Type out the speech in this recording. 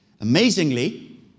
Amazingly